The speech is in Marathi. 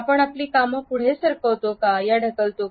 आपण आपली कामं पुढे ढकलतो का